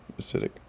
acidic